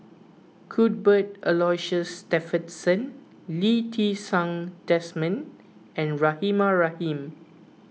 Cuthbert Aloysius Shepherdson Lee Ti Seng Desmond and Rahimah Rahim